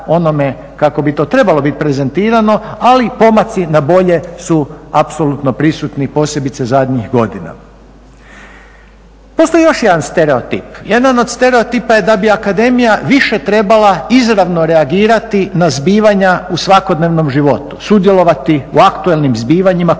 onome kako bi to trebalo biti prezentirano, ali pomaci na bolje su apsolutno prisutni posebice zadnjih godina. Postoji još jedan stereotip, jedan od stereotipa je da bi akademija više trebala izravno reagirati na zbivanja u svakodnevnom životu, sudjelovati u aktualnim zbivanjima, komentirati,